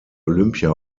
olympia